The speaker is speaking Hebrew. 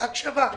הקשבה.